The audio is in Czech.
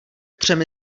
třemi